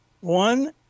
One